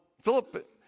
Philip